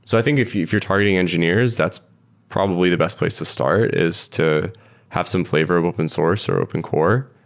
so i think if you're if you're targeting engineers, that's probably the best place to start, is to have some flavor of open source or open core.